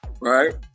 right